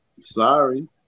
sorry